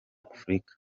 afurika